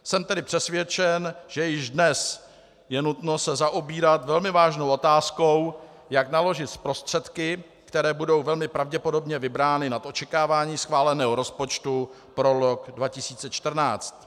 Jsem tedy přesvědčen, že již dnes je nutno se zaobírat velmi vážnou otázkou, jak naložit s prostředky, které budou velmi pravděpodobně vybrány nad očekávání schváleného rozpočtu pro rok 2014.